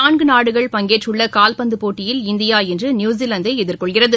நான்கு நாடுகள் பங்கேற்றுள்ள கால்பந்து போட்டியில் இந்தியா இன்று நியூஸ்லாந்தை எதிர்கொள்கிறது